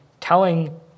telling